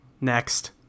Next